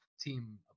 team